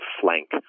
flank